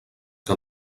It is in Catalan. que